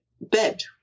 bed